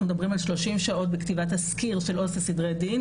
אנחנו מדברים על 30 שעות בכתיבת תזכיר של עו"ס לסדרי דין,